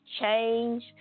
change